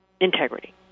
integrity